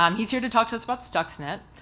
um he's here to talk to us about stuxnet,